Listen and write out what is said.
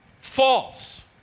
False